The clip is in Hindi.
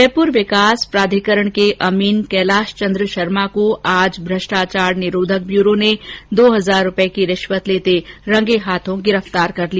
जयपुर विकास प्राधिकरण के अमीन कैलाश चंद्र शर्मा को आज भ्रष्टाचार निरोधक ब्यूरो ने दो हजार रूपए की रिश्वत लेते रंगे हाथों गिरफ़तार किया